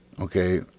Okay